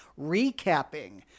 recapping